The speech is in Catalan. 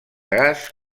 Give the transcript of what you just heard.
gas